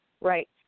Right